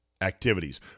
activities